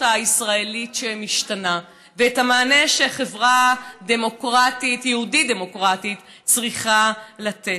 הישראלית שמשתנה ואת המענה שחברה יהודית דמוקרטית צריכה לתת.